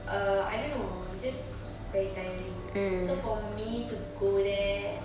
err I don't know just very tiring so for me to go there